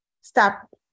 stop